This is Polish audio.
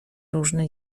różne